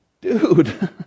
dude